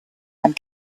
and